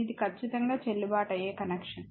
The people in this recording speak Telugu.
ఇది ఖచ్చితంగా చెల్లుబాటు అయ్యే కనెక్షన్